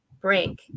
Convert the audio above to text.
break